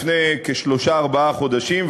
לפני שלושה-ארבעה חודשים,